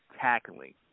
tackling